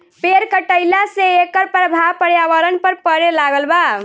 पेड़ कटईला से एकर प्रभाव पर्यावरण पर पड़े लागल बा